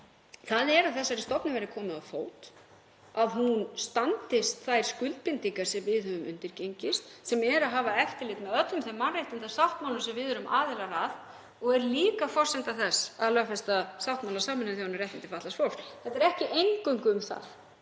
er að þessari stofnun verði komið á fót, að hún standist þær skuldbindingar sem við höfum undirgengist, sem er að hafa eftirlit með öllum þeim mannréttindasáttmálum sem við erum aðilar að og er líka forsenda þess að lögfesta sáttmála Sameinuðu þjóðanna um réttindi fatlaðs fólks. Þetta er ekki eingöngu um það,